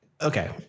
Okay